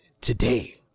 today